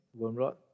Wormrod